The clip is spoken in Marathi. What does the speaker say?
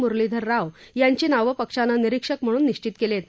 मुरलीधर राव यांची नावं पक्षानं निरिक्षक म्हणून निश्चित केली आहेत